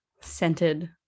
scented